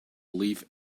leif